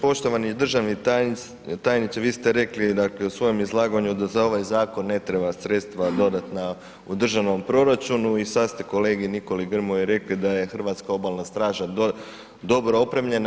Poštovani državni tajniče, vi ste rekli dakle u svom izlaganju da za ovaj zakon ne treba sredstva dodatna u državnom proračunu i sada ste kolegi Nikoli Grmoji rekli da je Hrvatska obalna straža dobro opremljena.